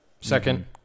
Second